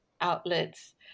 outlets